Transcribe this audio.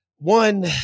One